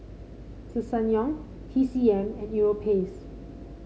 Ssangyong T C M and Europace